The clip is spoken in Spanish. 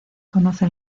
conoce